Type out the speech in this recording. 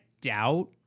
doubt